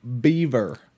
Beaver